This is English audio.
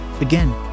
again